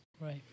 right